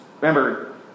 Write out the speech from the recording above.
Remember